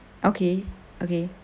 okay okay